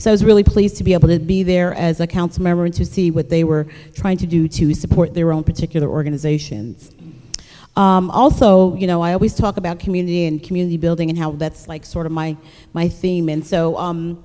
so i was really pleased to be able to be there as a council member and to see what they were trying to do to support their own particular organization also you know i always talk about community and community building and how that's like sort of my my theme